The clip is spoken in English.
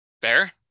Bear